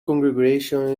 congregation